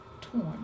Torn